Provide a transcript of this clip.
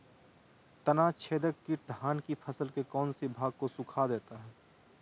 तनाछदेक किट धान की फसल के कौन सी भाग को सुखा देता है?